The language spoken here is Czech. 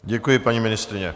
Děkuji, paní ministryně.